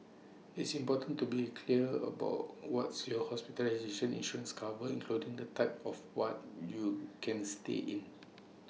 it's important to be clear about what's your hospitalization insurance covers including the type of what you can stay in